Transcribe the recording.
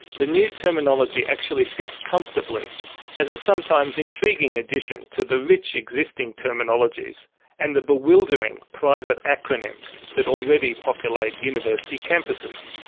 the new terminology actually sits comfortably as a sometimes intriguing addition to the rich existing terminologies and the bewildering private acronyms that already populate university campuses.